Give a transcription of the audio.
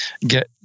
get